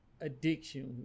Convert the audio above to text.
addiction